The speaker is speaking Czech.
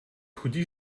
chodíš